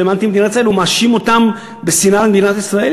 הוא מאשים אותם בשנאה למדינת ישראל?